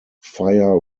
fire